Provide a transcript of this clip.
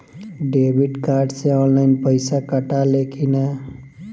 Debit card से online पैसा कटा ले कि ना?